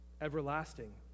Everlasting